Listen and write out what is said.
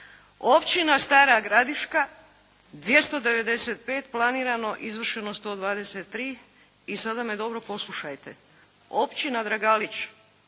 Općina Stara Gradiška 295 planirano, izvršeno 123. I sada me dobro poslušajte, Općina Dragalić